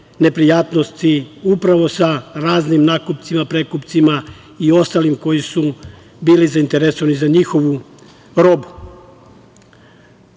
neprijatnosti, upravo sa raznim nakupcima, prekupcima i ostalim koji su bili zainteresovani za njihovu robu. Tu